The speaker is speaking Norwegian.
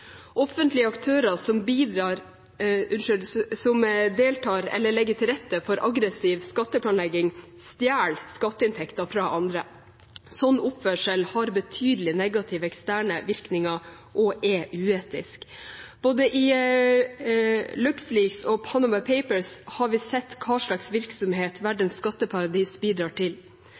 Offentlige aktører som deltar i eller legger til rette for aggressiv skatteplanlegging, stjeler skatteinntekter fra andre. Slik oppførsel har betydelige negative eksterne virkninger og er uetisk. Både i Luxleaks og i Panama Papers har vi sett hva slags virksomhet verdens skatteparadiser bidrar til.